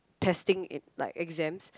testing in like exams